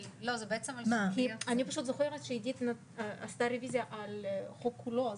אני פשוט זוכרת שעידית עשתה רוויזיה על החוק כולו.